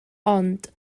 ond